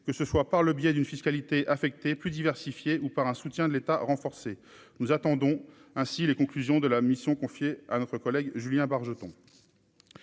que ce soit par le biais d'une fiscalité affectée plus diversifié, ou par un soutien de l'État renforcée, nous attendons ainsi les conclusions de la mission confiée à notre collègue Julien Bargeton